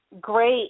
great